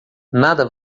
nada